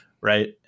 right